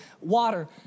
water